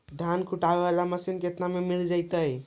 धान कुटे बाला मशीन केतना में मिल जइतै?